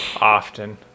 often